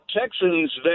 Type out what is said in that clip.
Texans